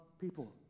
people